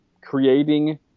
creating